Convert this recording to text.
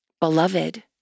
Beloved